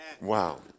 Wow